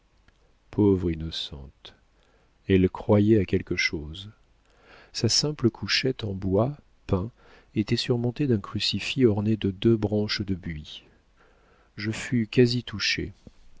pauvre innocente elle croyait à quelque chose sa simple couchette en bois peint était surmontée d'un crucifix orné de deux branches de buis je fus quasi touché